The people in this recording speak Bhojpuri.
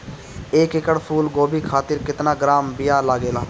एक एकड़ फूल गोभी खातिर केतना ग्राम बीया लागेला?